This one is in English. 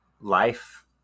life